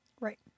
Right